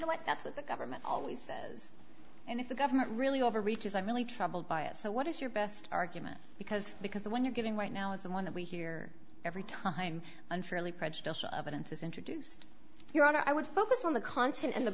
know what that's what the government always says and if the government really overreach is i'm really troubled by it so what is your best argument because because the one you're giving right now is the one that we hear every time unfairly prejudicial evidence is introduced your honor i want to focus on the content and the